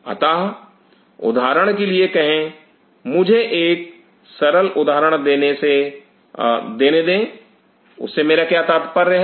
अतः उदाहरण के लिए कहे मुझे एक सरल उदाहरण देने दे उससे मेरा क्या तात्पर्य है